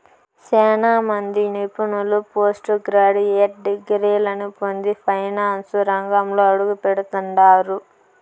సేనా మంది నిపుణులు పోస్టు గ్రాడ్యుయేట్ డిగ్రీలని పొంది ఫైనాన్సు రంగంలో అడుగుపెడతండారు